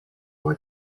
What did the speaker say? were